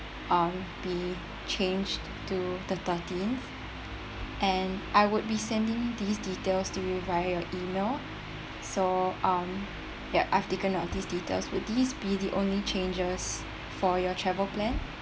um be change to the thirteenth and I would be sending these details to you via your email so um ya I've taken note these details would these be the only changes for your travel plan